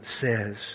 says